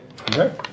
Okay